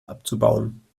abzubauen